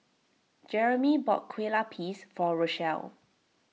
Jeremey bought Kue Lupis for Rochelle